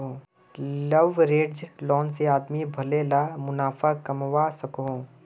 leveraged loan से आदमी भले ला मुनाफ़ा कमवा सकोहो